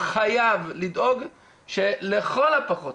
חייב לדאוג שלכל הפחות,